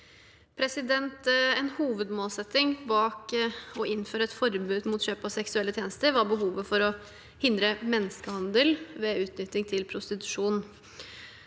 En hovedmålset- ting bak å innføre et forbud mot kjøp av seksuelle tjenester var behovet for å hindre menneskehandel ved utnytting til prostitusjon.